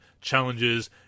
challenges